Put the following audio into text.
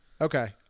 Okay